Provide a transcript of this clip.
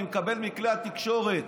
אני מקבל מכלי התקשורת,